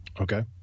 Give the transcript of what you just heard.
Okay